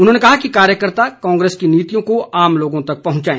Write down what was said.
उन्होंने कहा कि कार्यकर्ता कांग्रेस की नीतियों को आम लोगों तक पहुंचाए